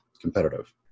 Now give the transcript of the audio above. competitive